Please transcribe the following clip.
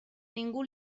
ningú